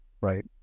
right